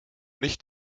nicht